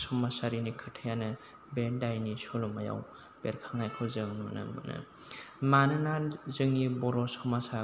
समाजारिनि खोथायानो बे दायनि सल'मायाव बेरखांनायखौ जों नुनो मोनो मानोना जोंनि बर' समाजा